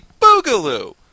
Boogaloo